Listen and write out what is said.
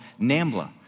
NAMBLA